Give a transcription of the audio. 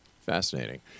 Fascinating